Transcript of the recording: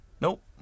nope